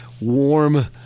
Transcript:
warm